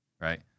right